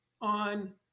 on